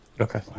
Okay